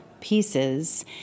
pieces